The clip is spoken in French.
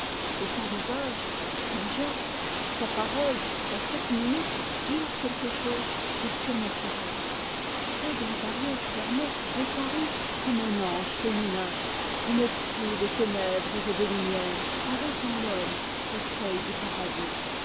et son visage son geste sa parole à cette minute eurent quelque chose de surnaturel près de la barrière fermée elle parut comme un ange féminin un esprit de ténèbres et de lumière arrêtant l'homme au seuil du paradis